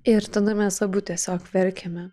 ir tada mes abu tiesiog verkėme